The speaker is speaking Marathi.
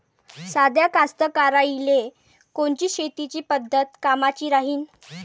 साध्या कास्तकाराइले कोनची शेतीची पद्धत कामाची राहीन?